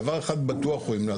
דבר אחד בטוח הוא ימנע,